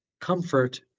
comfort